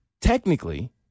Technically